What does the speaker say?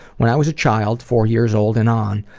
when i was a child, four years old and on,